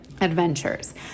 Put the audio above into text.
adventures